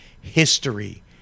history